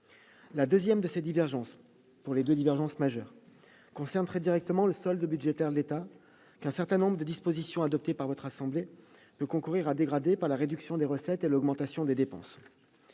La seconde divergence majeure que je veux souligner concerne très directement le solde budgétaire de l'État, qu'un certain nombre de dispositions adoptées par votre assemblée concourent à dégrader, par la réduction des recettes et l'augmentation des dépenses.